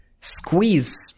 squeeze